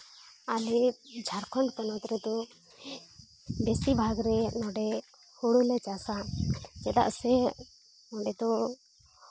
ᱟᱞᱮ ᱡᱷᱟᱲᱠᱷᱚᱸᱰ ᱯᱚᱱᱚᱛ ᱨᱮᱫᱚ ᱵᱮᱥᱤᱨ ᱵᱷᱟᱜᱽ ᱨᱮ ᱱᱚᱰᱮ ᱦᱳᱲᱳᱞᱮ ᱪᱟᱥᱟ ᱪᱮᱫᱟᱜ ᱥᱮ ᱱᱚᱰᱮ ᱫᱚ